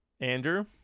Andrew